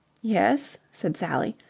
yes? said sally,